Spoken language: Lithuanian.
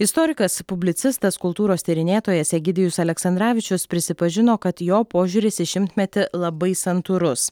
istorikas publicistas kultūros tyrinėtojas egidijus aleksandravičius prisipažino kad jo požiūris į šimtmetį labai santūrus